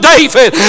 David